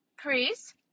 Please